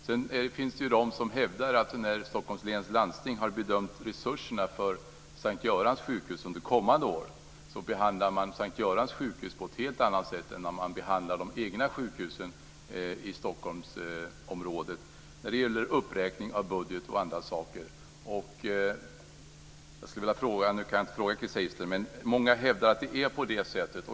Det finns de som hävdar att Stockholms läns landsting i sin bedömning behandlar S:t Görans sjukhus på ett helt annat sätt än de egna sjukhusen i Stockholmsområdet när det gäller uppräkning av budget osv. för kommande år. Nu kan jag inte fråga Chris Heister. Men många hävdar att det är så.